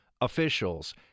officials